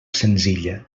senzilla